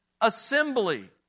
assembly